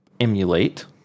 emulate